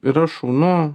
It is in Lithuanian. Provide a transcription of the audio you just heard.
yra šaunu